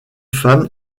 femme